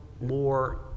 more